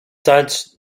george’s